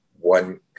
one